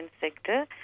sector